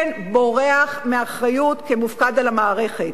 כן, בורח מאחריות כמופקד על המערכת.